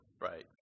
right